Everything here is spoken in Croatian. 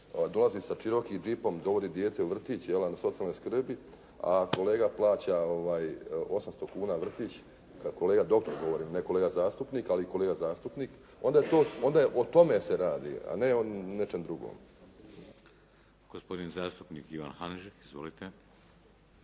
dolazi sa Cherokee Jeepom, dovodi dijete u vrtić a na socijalnoj skrbi, a kolega plaća 800 kuna vrtić, kao kolega doktor govorim, ne kolega zastupnik, ali i kolega zastupnik, onda je to, o tome se radi a ne o nečem drugom. **Šeks, Vladimir (HDZ)** Gospodin zastupnik Ivan Hanžek. Izvolite.